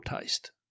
taste